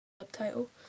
subtitle